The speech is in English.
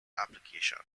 application